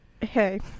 hey